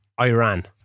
Iran